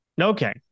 Okay